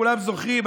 כולם זוכרים,